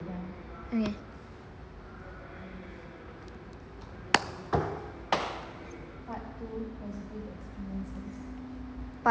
ya part